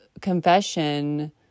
confession